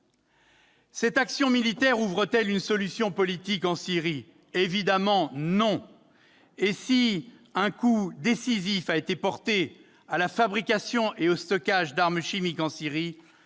Cette action militaire ouvre-t-elle une solution politique en Syrie ? Évidemment non ! Il ne s'agissait pas de cela ! Si un coup décisif a été porté à la fabrication et au stockage d'armes chimiques en Syrie,